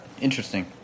interesting